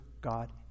God